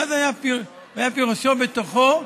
מה זה "והיה פי ראשו בתוכו,